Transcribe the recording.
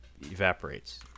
evaporates